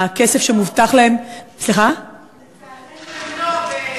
הכסף שמובטח להן, לצערנו הן לא.